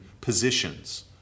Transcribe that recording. positions